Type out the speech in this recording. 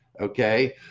Okay